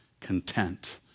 content